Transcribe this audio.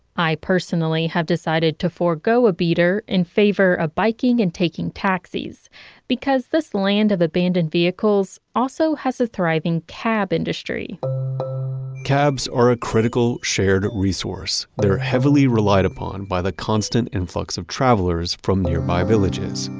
i personally have decided to forego a beater in favor of biking and taking taxis because this land of the abandoned vehicles also has a thriving cab industry cabs are a critical shared resource. they're heavily relied upon by the constant influx of travelers from nearby villages.